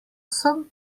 sem